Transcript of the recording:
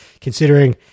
considering